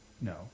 no